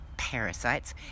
parasites